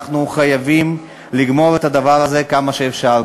אנחנו חייבים לגמור את הדבר הזה כמה שאפשר.